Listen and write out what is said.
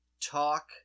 talk